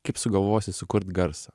kaip sugalvosi sukurt garsą